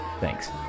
Thanks